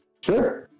Sure